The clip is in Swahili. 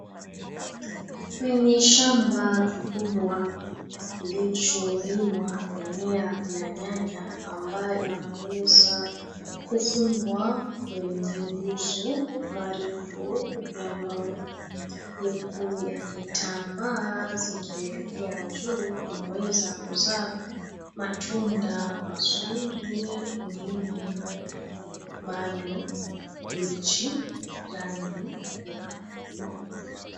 Kwenye shamba kikubwa kilicholimwa mimea ya nyanya ambayo yameweza kufungwa kwenye nguzo marefu ya mbao, huku yakitambaa zikielekea juu, imeweza kuzaa matunda mazuri. Ingine bado mbichi rangi ya.